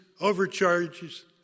overcharges